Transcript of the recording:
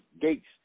gates